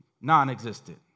non-existent